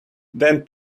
than